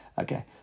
Okay